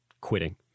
quitting